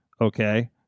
okay